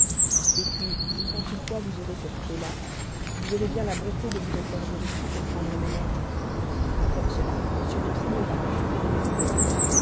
et puis quand une fois vous aurez cette clef là vous aurez bien la bonté de vous en servir aussi pour prendre mes lettres comme cela m danceny aura plus souvent de mes nouvelles